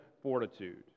fortitude